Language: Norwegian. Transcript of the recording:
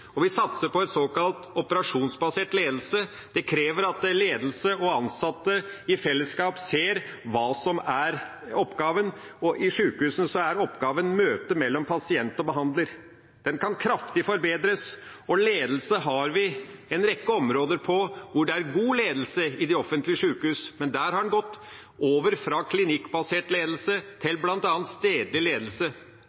og vi satser på en såkalt operasjonsbasert ledelse. Det krever at ledelse og ansatte i fellesskap ser hva som er oppgaven, og i sykehusene er oppgaven møtet mellom pasient og behandler. Dette kan kraftig forbedres. Vi har en rekke områder hvor det er god ledelse i de offentlige sykehusene, men der har en gått over fra klinikkbasert ledelse til